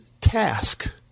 task